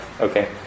Okay